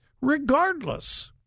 regardless